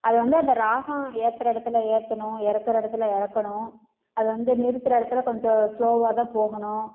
அதுவந்து அந்த ராகம் ஏற்ற இடத்துல ஏற்றணும் இறக்குற இடத்துல இறக்கணும் அதைவந்து நிறுத்துகிற இடத்துல கொஞ்சம் ஸ்லோவாகதான் போகணும்